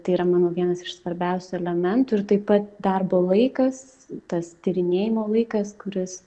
tai yra mano vienas iš svarbiausių elementų ir taip pat darbo laikas tas tyrinėjimo laikas kuris